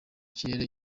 kirere